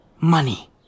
Money